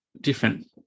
different